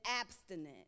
abstinent